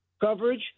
coverage